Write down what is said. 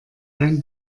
sein